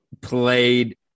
played